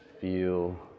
feel